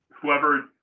Whoever